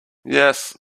yes